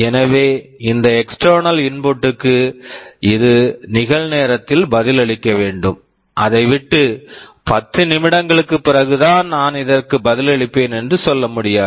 எனவே இந்த external input external input க்கு இது நிகழ்நேரத்தில் பதிலளிக்க வேண்டும் அதை விட்டு 10 நிமிடங்களுக்குப் பிறகு தான் நான் இதற்கு பதிலளிப்பேன் என்று சொல்ல முடியாது